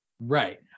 right